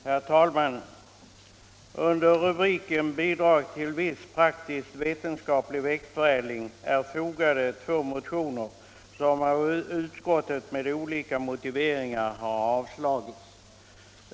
Herr talman! Under rubriken ”Bidrag till viss praktiskt vetenskaplig växtförädling” behandlas två motioner som utskottet avstyrkt med olika motiveringar.